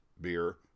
beer